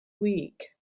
week